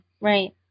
Right